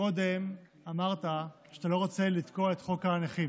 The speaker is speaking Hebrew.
קודם אמרת שאתה לא רוצה לתקוע את חוק הנכים.